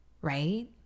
Right